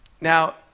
Now